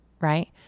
Right